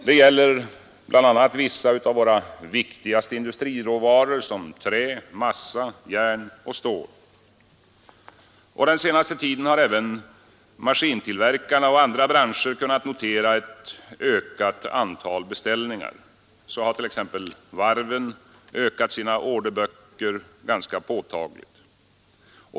Det gäller bl.a. vissa av våra viktigaste industriråvaror som trä, massa, järn och stål. Den senaste tiden har även maskintillverkarna och företag i andra branscher kunnat notera ett ökat antal beställningar. Så har t.ex. varven ökat sina orderböcker ganska påtagligt.